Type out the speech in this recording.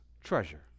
treasure